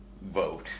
vote